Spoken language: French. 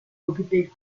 occupées